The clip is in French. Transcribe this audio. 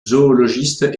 zoologiste